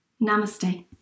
Namaste